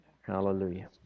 Hallelujah